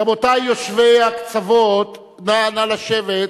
רבותי יושבי הקצוות, נא לשבת.